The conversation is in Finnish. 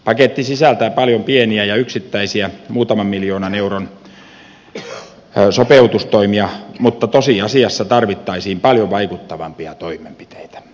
paketti sisältää paljon pieniä ja yksittäisiä muutaman miljoonan euron sopeutustoimia mutta tosiasiassa tarvittaisiin paljon vaikuttavampia toimenpiteitä